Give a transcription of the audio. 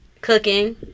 cooking